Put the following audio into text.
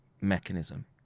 mechanism